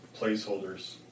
placeholders